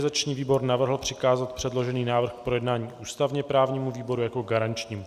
Organizační výbor navrhl přikázat předložený návrh k projednání ústavněprávnímu výboru jako garančnímu.